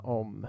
om